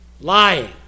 lying